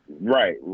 right